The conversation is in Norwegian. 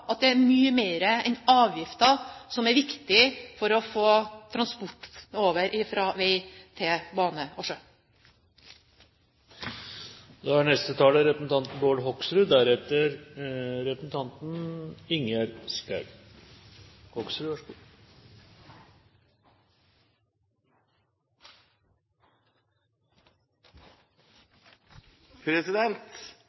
at det er mye mer enn avgifter som er viktig for å få transport over fra vei til bane og